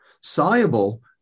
Soluble